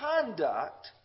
conduct